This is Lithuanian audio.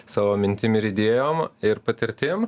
savo mintimir idėjom ir patirtim